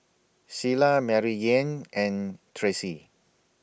Cilla Maryanne and Tracee